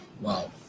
Wow